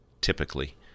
typically